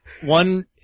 One